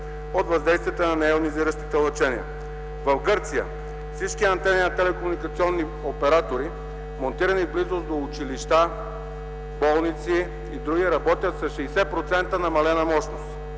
от въздействията на нейонизиращите лъчения. В Гърция всички антени на телекомуникационни оператори, монтирани в близост до училища, болници и др., работят с 60% намалена мощност.